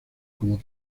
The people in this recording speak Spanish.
como